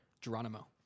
Geronimo